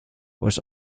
was